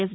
yes